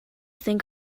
think